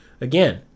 Again